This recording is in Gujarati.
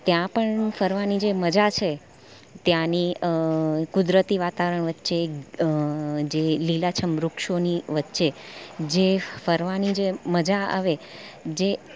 ત્યાં પણ ફરવાની જે મજા છે ત્યાંની કુદરતી વાતાવરણ વચ્ચે લીલાછમ વૃક્ષોની વચ્ચે ફરવાની જે મજા આવે જે